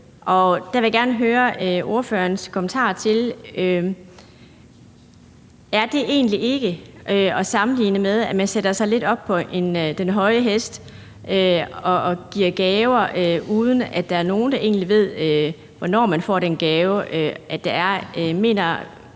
Derfor vil jeg gerne høre ordførerens kommentar til, om det egentlig ikke er at sammenligne lidt med, at man sætter sig lidt op på den høje hest og giver gaver, uden at der er nogen, der egentlig ved, hvornår man får den gave. Mener ordføreren